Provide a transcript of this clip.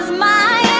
my